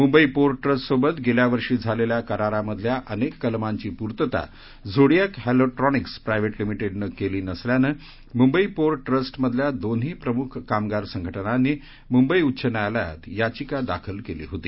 Mumbai port trust सोबत गेल्या वर्षी झालेल्या करारामधल्या अनेक कलमांची पूर्तता झोडीयाक हस्तीट्रॉनिक्स प्रायव्हेट लिमिटेडनं केली नसल्यानं मुंबई पोर्ट ट्रस्ट मधल्या दोन्ही प्रमुख कामगार संघटनांनी मुंबई उच्च न्यायालयात याचिका दाखल केली होती